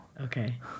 Okay